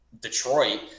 Detroit